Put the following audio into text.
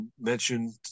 mentioned